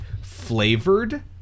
flavored